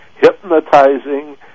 hypnotizing